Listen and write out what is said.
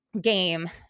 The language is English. game